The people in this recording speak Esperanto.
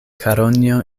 karonjo